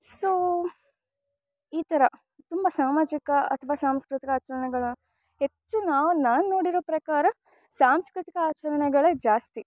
so ಈ ಥರ ತುಂಬ ಸಾಮಾಜಿಕ ಅಥವಾ ಸಾಂಸ್ಕೃತಿಕ ಆಚರಣೆಗಳ ಹೆಚ್ಚು ನಾವು ನಾನು ನೋಡಿರೋ ಪ್ರಕಾರ ಸಾಂಸ್ಕೃತಿಕ ಆಚರಣೆಗಳೇ ಜಾಸ್ತಿ